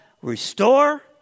Restore